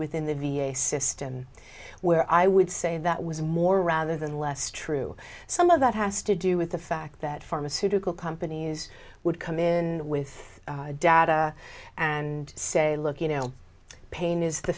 within the v a system where i would say that was more rather than less true some of that has to do with the fact that pharmaceutical companies would come in with data and say look you know pain is the